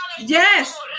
Yes